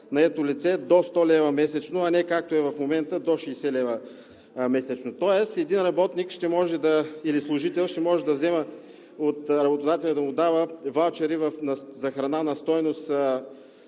наето лице до 100 лв. месечно, а не както е в момента – до 60 лв. месечно. Тоест един работник или служител ще може да взема и работодателят да му дава ваучери за храна на стойност